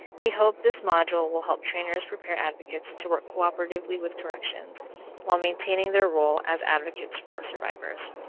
we hope this module will help trainers prepare advocates to work cooperatively with corrections while maintaining their role as advocates for survivors.